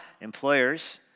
Employers